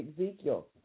Ezekiel